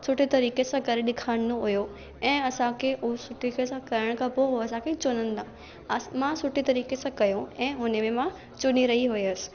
सुठे तरीके सां करे ॾेखारिणो हुयो ऐं असां खे उहो सुठे सां करण खां पोइ हू असां खे चुनंदा मां सुठे तरीक़े सां कयो ऐं उन में मां चुनी रही हुयुसि